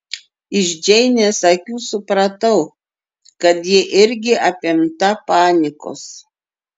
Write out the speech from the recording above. iš džeinės akių supratau kad ji irgi apimta panikos